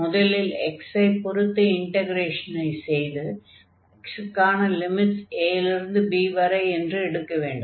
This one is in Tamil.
முதலில் x ஐ பொருத்து இன்டக்ரேஷனை செய்து x க்கான லிமிட்ஸ் a லிருந்து b வரை என்று எடுக்க வேண்டும்